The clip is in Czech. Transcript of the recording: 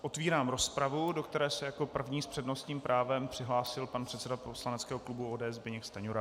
Otevírám rozpravu, do které se jako první s přednostním právem přihlásil pan předseda poslaneckého klubu ODS Zbyněk Stanjura.